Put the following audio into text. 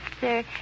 sir